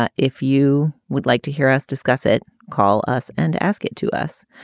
ah if you would like to hear us discuss it, call us and ask it to us.